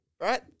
right